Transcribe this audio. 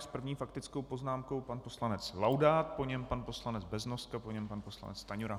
S první faktickou poznámkou pan poslanec Laudát, po něm pan poslanec Beznoska, po něm pan poslanec Stanjura.